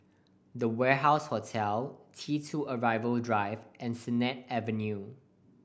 The Warehouse Hotel T Two Arrival Drive and Sennett Avenue